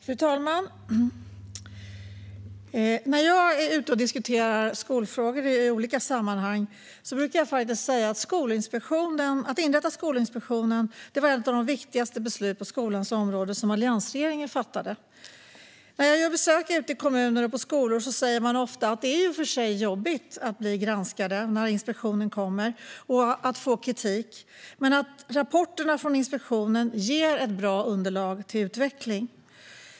Fru talman! När jag diskuterar skolfrågor i olika sammanhang brukar jag faktiskt säga att beslutet att inrätta Skolinspektionen var ett av de viktigaste besluten på skolans område som alliansregeringen fattade. När jag gör besök i kommuner och på skolor säger man ofta att det i och för sig är jobbigt att bli granskad och få kritik när inspektionen kommer men att rapporterna från inspektionen ger ett bra underlag för utveckling.